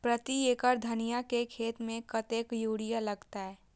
प्रति एकड़ धनिया के खेत में कतेक यूरिया लगते?